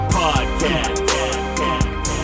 podcast